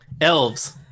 Elves